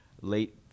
late